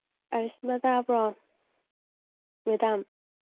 ꯑꯁꯃꯥ ꯇꯥꯕ꯭ꯔꯣ ꯃꯦꯗꯥꯝ